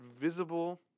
visible